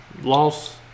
Loss